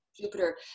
Jupiter